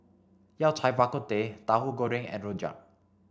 Yao Cai Bak Kut Teh Tauhu Goreng and Rojak